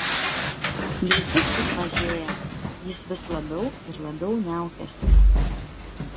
viltis vis mažėja jis vis labiau ir labiau niaukiasi